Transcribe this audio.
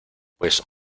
pues